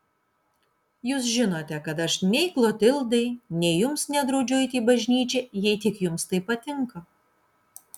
jūs žinote kad aš nei klotildai nei jums nedraudžiu eiti į bažnyčią jei tik jums tai patinka